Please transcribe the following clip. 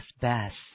best